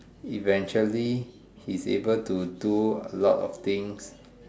eventually he is able to do a lot of things